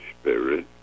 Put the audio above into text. Spirit